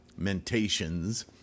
mentations